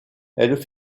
elle